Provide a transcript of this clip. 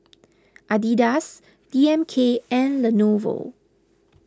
Adidas D M K and Lenovo